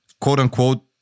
quote-unquote